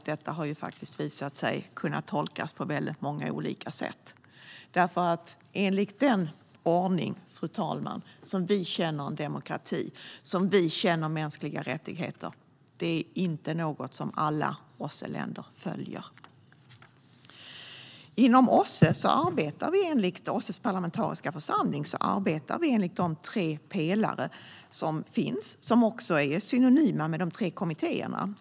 Det har dock visat sig att detta kan tolkas på många olika sätt, för långtifrån alla OSSE-länder följer den ordning för demokrati och mänskliga rättigheter som vi känner. Inom OSSE:s parlamentariska församling arbetar vi enligt de tre pelare som finns och som också är synonyma med de tre kommittéerna.